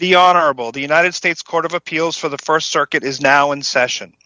the honorable the united states court of appeals for the st circuit is now in session